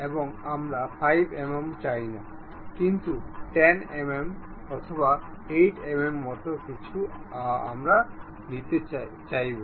এবং আমরা 5 mm চাই না কিন্তু 10 mm অথবা 8 mm মত কিছু আমরা নিতে চাইবো